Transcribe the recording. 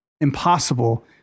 impossible